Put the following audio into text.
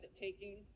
taking